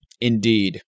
Indeed